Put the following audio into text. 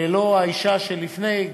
ולא האישה שלפני,